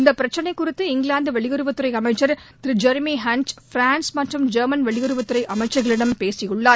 இந்த பிரச்சினை குறித்து இங்கிலாந்து வெளியுறவுத்துறை அமைச்சர் திரு ஜெரிமிஹன்ட் பிரான்ஸ் மற்றும் ஜெர்மன் வெளியுறவுத்துறை அமைச்சர்களிடம் பேசியுள்ளார்